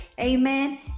Amen